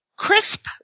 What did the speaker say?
Crisp